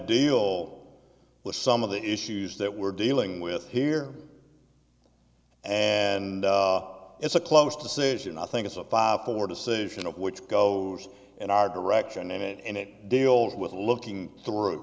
deal with some of the issues that we're dealing with here and it's a close decision i think it's a five four decision of which goes in our direction in it and it deals with looking through